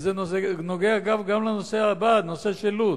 וזה נוגע גם לנושא הבא, הנושא של לוד.